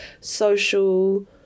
social